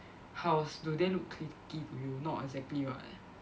house do they look cliquey not exactly [what]